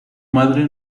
madre